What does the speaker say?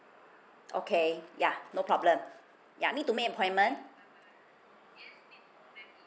okay yeah no problem yeah need to make appointment